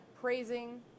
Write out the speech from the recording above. praising